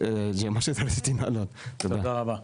תודה רבה.